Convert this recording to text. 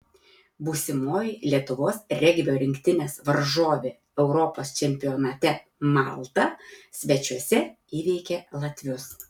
būsimoji lietuvos regbio rinktinės varžovė europos čempionate malta svečiuose įveikė latvius